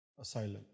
asylum